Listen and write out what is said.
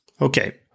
Okay